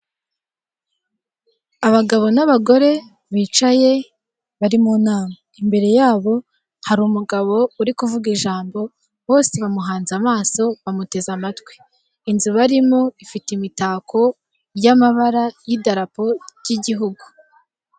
Abagabo n'abagore bicaye bari mu nama, imbere yabo hari umugabo uri kuvuga ijambo bose bamuhanze amaso bamuteze amatwi inzu barimo ifite imitako y'amabara y'idarapo ry'igihugu.